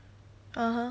(uh huh)